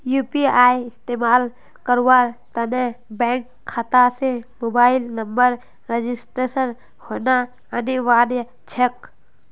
UPI इस्तमाल करवार त न बैंक खाता स मोबाइल नंबरेर रजिस्टर्ड होना अनिवार्य छेक